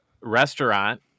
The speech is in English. restaurant